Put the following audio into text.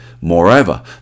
Moreover